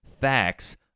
facts